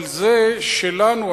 אבל זה שלנו,